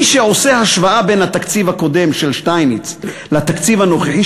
מי שעושה השוואה בין התקציב הקודם של שטייניץ לתקציב הנוכחי